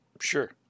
Sure